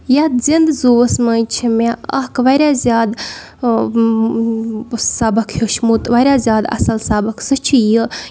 یَتھ زِندٕ زُوَس منٛز چھِ مےٚ اَکھ واریاہ زیادٕ سبق ہیوٚچھمُت واریاہ زیادٕ اَصٕل سبق سُہ چھِ یہِ